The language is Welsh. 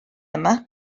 yma